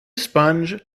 sponge